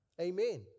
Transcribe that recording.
Amen